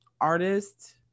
artist